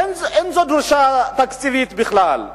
אין זו דרישה תקציבית בכלל.